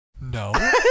No